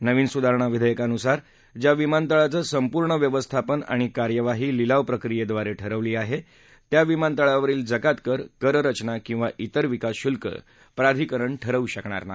नवीन सुधारणा विघेयकानुसार ज्या विमानतळांचं संपूर्ण व्यवस्थापन आणि कार्यवाही लिलावक्रियेद्वारे ठरवली आहे त्या विमानतळावरील जकात कर कररचना किंवा तिर विकासशुल्क प्राधिकरण ठरवू शकरणार नाही